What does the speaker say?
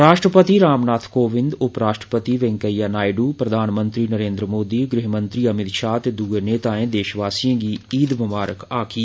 राश्ट्रपति रामनाथ कोविंद उपराश्ट्रपति वैंकइया नायडू प्रधानमंत्री नरेन्द्र मोदी गृहमंत्री अमित शाह ते दुए नेताएं देशवासिएं गी ईद मुबारक आक्खी